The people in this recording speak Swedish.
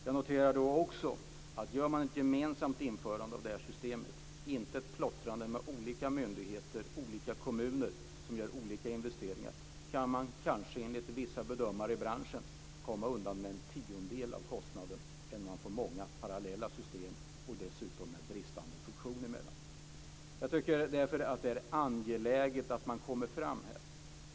Jag noterar också att med ett gemensamt införande av det nya systemet och inte med ett plottrande med olika myndigheter och olika kommuner som gör olika investeringar kan man kanske, enligt vissa bedömare i branschen, komma undan med en tiondel av kostnaden för många parallella system som dessutom har bristande funktion mellan sig. Jag tycker därför att det är angeläget att man kommer fram här.